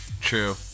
True